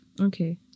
Okay